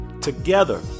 Together